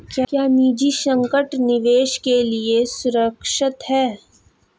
क्या निजी संगठन निवेश के लिए सुरक्षित हैं?